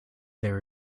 there